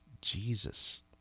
Jesus